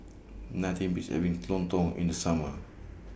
Nothing Beats having Lontong in The Summer